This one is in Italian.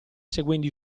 seguendo